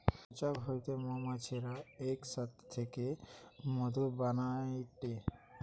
মৌচাক হইতে মৌমাছিরা এক সাথে থেকে মধু বানাইটে